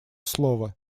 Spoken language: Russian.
слово